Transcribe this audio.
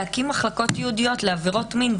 להקים מחלקות ייעודיות לעבירות מין,